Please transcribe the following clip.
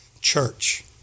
church